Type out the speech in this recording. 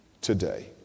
today